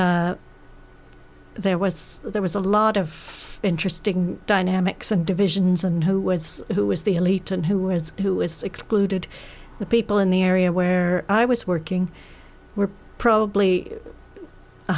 there was there was a lot of interesting dynamics and divisions and who was who was the elite and who was who is excluded the people in the area where i was working were probably